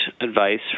advice